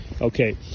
okay